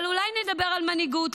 אבל אולי נדבר על מנהיגות,